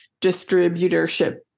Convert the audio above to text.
distributorship